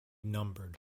numbered